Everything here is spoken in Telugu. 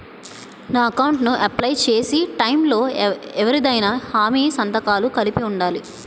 నా అకౌంట్ ను అప్లై చేసి టైం లో ఎవరిదైనా హామీ సంతకాలు కలిపి ఉండలా?